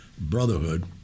Brotherhood